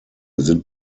sind